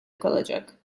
kalacak